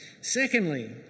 Secondly